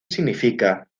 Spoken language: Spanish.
significa